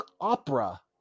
opera